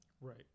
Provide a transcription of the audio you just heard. Right